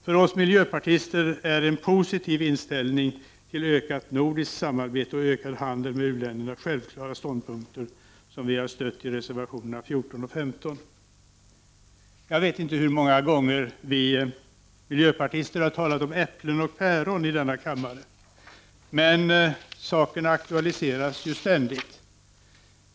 För oss miljöpartister är en positiv inställning till ökat nordiskt samarbete och ökad handel med u-länderna självklara ståndpunkter, som vi har stött i reservationerna 14 och 15. Jag vet inte hur många gånger vi miljöpartister har talat om äpplen och päron i denna kammare. Men saken aktualiseras ju ständigt.